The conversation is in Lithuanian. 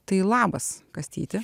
tai labas kastyti